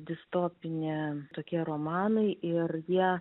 distopinė tokie romanai ir jie